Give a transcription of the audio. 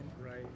Right